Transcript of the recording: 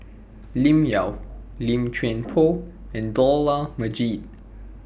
Lim Yau Lim Chuan Poh and Dollah Majid